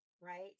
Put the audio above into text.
right